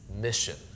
mission